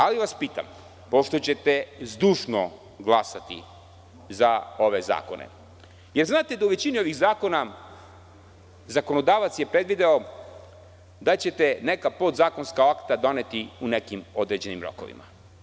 Ali, vas pitam, pošto ćete zdušno glasati za ove zakone, da li znate da u većini ovih zakona zakonodavac je predvideo da ćete neka podzakonska akta doneti u nekim određenim rokovima?